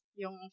yung